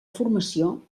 formació